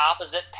opposite